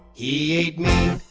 he ate me.